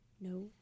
No